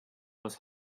was